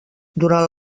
durant